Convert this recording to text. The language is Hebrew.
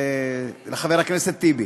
לחבר הכנסת טיבי.